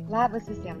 labas visiems